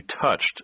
touched